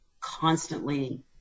constantly